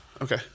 Okay